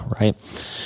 Right